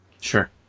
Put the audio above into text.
sure